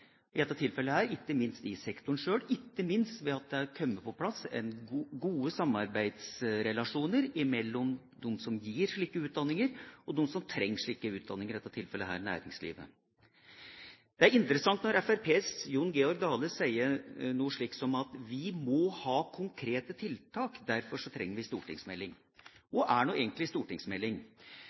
i dette tilfellet ikke minst i sektoren selv, og ikke minst ved at det er kommet på plass gode samarbeidsrelasjoner mellom dem som gir slike utdanninger, og de som trenger slike utdanninger – i dette tilfellet næringslivet. Det er interessant når Fremskrittspartiets Jon Georg Dale sier noe slikt som at vi må ha konkrete tiltak, derfor trenger vi en stortingsmelding. Hva er egentlig en stortingsmelding?